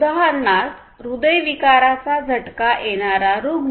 उदाहरणार्थ हृदयविकाराचा झटका येणारा रुग्ण